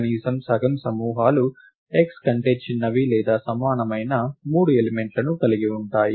కనీసం సగం సమూహాలు x కంటే చిన్నవి లేదా సమానమైన 3 ఎలిమెంట్లను కలిగి ఉంటాయి